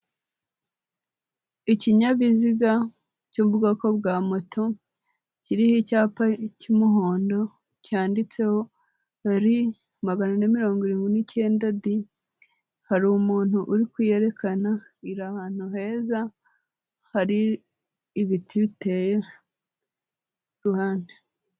Ikinyabiziga cy'ubwoko bwa moto kiriho icyapa cy'umuhondo cyanditseho ri magana ane mirongo irindwi n'ikenda di hari umuntu uri kuyerekana, iri ahantu heza hari ibiti biteye ku ruhande.